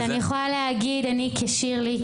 אני כשירלי,